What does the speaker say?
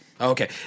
Okay